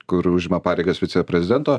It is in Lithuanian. kur užima pareigas viceprezidento